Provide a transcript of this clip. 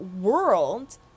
world